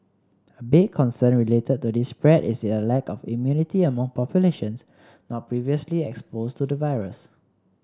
a big concern related to this spread is a lack of immunity among populations not previously exposed to the virus